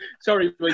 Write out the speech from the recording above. Sorry